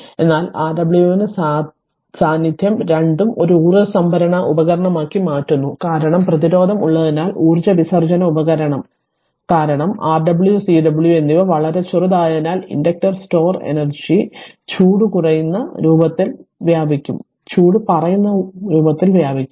അതിനാൽ Rw ന്റെ സാന്നിദ്ധ്യം രണ്ടും ഒരു ഊർജ്ജ സംഭരണ ഉപകരണമാക്കി മാറ്റുന്നു കാരണം പ്രതിരോധം ഉള്ളതിനാൽ ഊർജ്ജ വിസർജ്ജന ഉപകരണം കാരണം Rw Cw എന്നിവ വളരെ ചെറുതായതിനാൽ ഇൻഡക്റ്റർ സ്റ്റോർ എനർജി റെസിസ്റ്ററിൽ ചൂട് പറയുന്ന രൂപത്തിൽ വ്യാപിക്കും